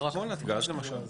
כמו נתגז למשל.